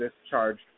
discharged